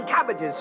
cabbages